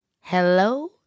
hello